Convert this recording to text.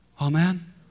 Amen